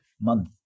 month